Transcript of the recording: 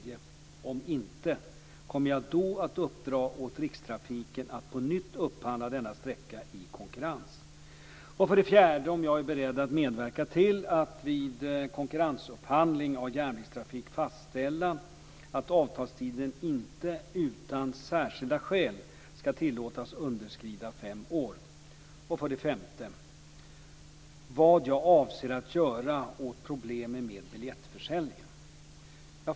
Om så inte är fallet, kommer jag då att uppdra åt 4. Om jag är beredd att medverka till att fastställa att avtalstiden inte utan särskilda skäl ska tillåtas underskrida fem år vid konkurrensupphandling av järnvägstrafik. 5. Vad jag avser att göra åt problemen med biljettförsäljningen.